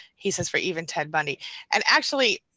he says for even ted bundy and actually,